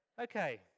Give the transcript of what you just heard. Okay